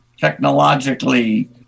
technologically